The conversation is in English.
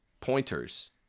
pointers